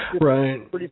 Right